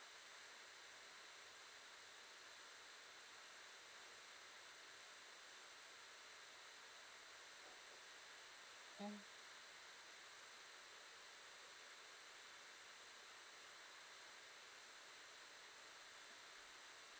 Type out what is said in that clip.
mm